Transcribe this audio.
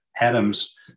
Adam's